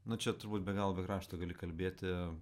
nu čia turbūt be galo be krašto gali kalbėti